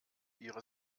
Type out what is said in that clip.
ihre